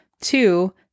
two